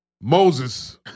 Moses